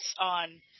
on